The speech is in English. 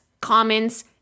comments